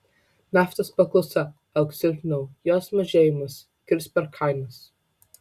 naftos paklausa augs silpniau jos mažėjimas kirs per kainas